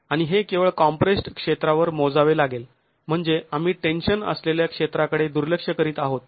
आणि हे केवळ कॉम्प्रेस्ड् क्षेत्रावर मोजावे लागेल म्हणजे आम्ही टेन्शन असलेल्या क्षेत्राकडे दुर्लक्ष करीत आहोत